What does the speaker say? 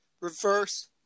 Reverse